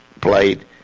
played –